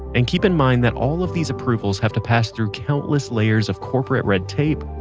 and keep in mind that all of these approvals have to pass through countless layers of corporate red tape,